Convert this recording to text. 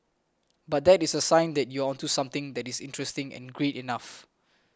but that is a sign that you are onto something that is interesting and great enough